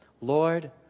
Lord